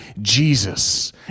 Jesus